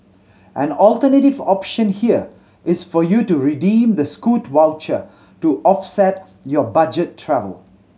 an alternative option here is for you to redeem the Scoot voucher to offset your budget travel